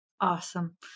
Awesome